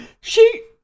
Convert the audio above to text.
she-